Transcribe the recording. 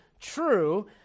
true